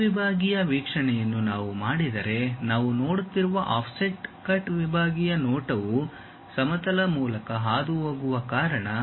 cut ವಿಭಾಗೀಯ ವೀಕ್ಷಣೆಯನ್ನು ನಾವು ಮಾಡಿದರೆ ನಾವು ನೋಡುತ್ತಿರುವ ಆಫ್ಸೆಟ್ ಕಟ್ ವಿಭಾಗೀಯ ನೋಟವು ಸಮತಲ ಮೂಲಕ ಹಾದುಹೋಗುವ ಕಾರಣ